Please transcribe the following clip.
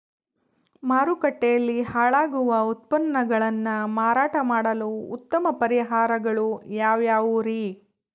ಮಾರುಕಟ್ಟೆಯಲ್ಲಿ ಹಾಳಾಗುವ ಉತ್ಪನ್ನಗಳನ್ನ ಮಾರಾಟ ಮಾಡಲು ಉತ್ತಮ ಪರಿಹಾರಗಳು ಯಾವ್ಯಾವುರಿ?